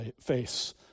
face